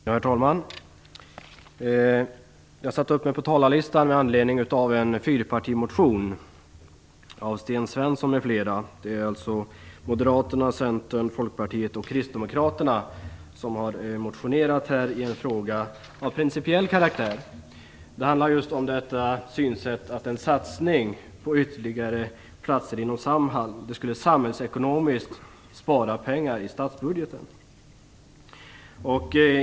Herr talman! Jag har satt upp mig på talarlistan med anledning av en fyrpartimotion av Sten Svensson m.fl. Det är alltså Moderaterna, Centern, Folkpartiet och Kristdemokraterna som har motionerat i en fråga av principiell karaktär. Det handlar om att en satsning på ytterligare platser inom Samhall samhällsekonomiskt skulle spara pengar i statsbudgeten.